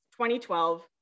2012